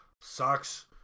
Sucks